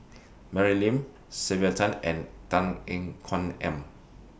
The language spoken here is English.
Mary Lim Sylvia Tan and Tan Ean Kuan Aim